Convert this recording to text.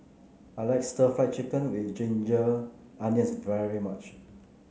I like stir Fry Chicken with Ginger Onions very much